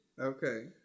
Okay